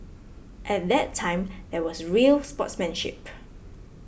at that time there was real sportsmanship